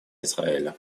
израиля